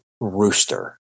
rooster